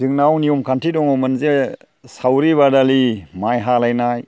जोंनाव नियम खान्थि दङमोन जे सावरि बादालि माइ हालायनाय